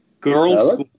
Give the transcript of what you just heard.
girls